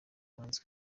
umuhanzi